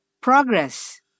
Progress